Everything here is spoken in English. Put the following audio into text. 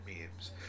memes